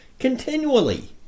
continually